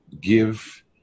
give